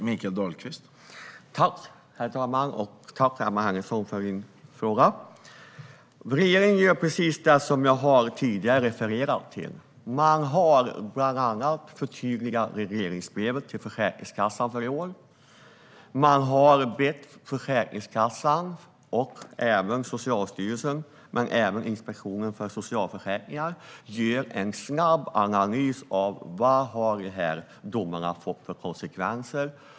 Herr talman! Tack, Emma Henriksson, för din fråga! Regeringen gör precis det som jag tidigare refererade till. Man har bland annat förtydligat regleringsbrevet till Försäkringskassan för i år. Man har bett Försäkringskassan, Socialstyrelsen och även Inspektionen för socialförsäkringen att göra en snabb analys av vad dessa domar har fått för konsekvenser.